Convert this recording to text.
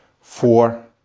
four